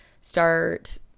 start